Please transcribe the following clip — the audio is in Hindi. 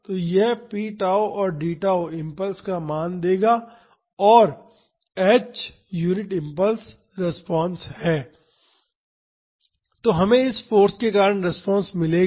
तो यह p tau और d tau इम्पल्स का मान देगा और h यूनिट इम्पल्स रिस्पांस है तो हमें इस फाॅर्स के कारण रिस्पांस मिलेगा